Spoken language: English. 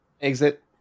exit